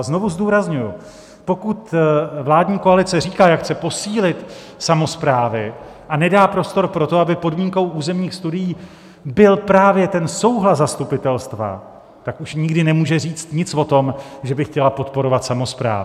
Znovu zdůrazňuji, pokud vládní koalice říká, jak chce posílit samosprávy, a nedá prostor pro to, aby podmínkou územních studií byl právě souhlas zastupitelstva, tak už nikdy nemůže říct nic o tom, že by chtěla podporovat samosprávy.